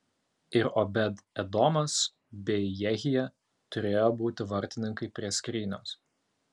ir obed edomas bei jehija turėjo būti vartininkai prie skrynios